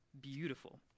beautiful